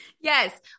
Yes